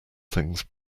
things